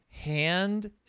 Hand